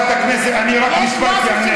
אני אענה רק במשפט.